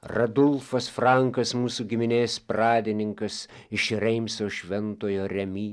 radulfas frankas mūsų giminės pradininkas iš reimso šventojo remi